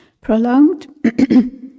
Prolonged